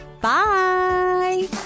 Bye